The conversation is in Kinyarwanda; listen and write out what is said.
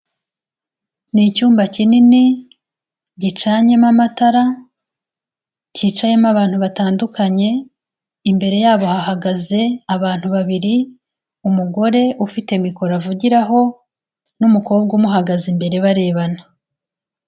Ni icyumba kinini gicanyemo amatara, cyicayemo abantu batandukanye, imbere yabo hahagaze abantu babiri, umugore ufite mikoro avugiraho, n'umukobwa umuhagaze imbere barebana.